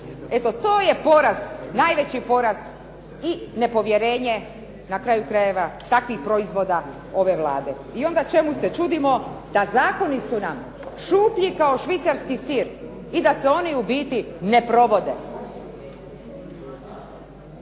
Eto to je porast, najveći porast i nepovjerenje, na kraju krajeva takvih proizvoda takve Vlade. I onda čemu se čudimo da zakoni su nam šuplji kao švicarski sir i da se oni u biti ne provode.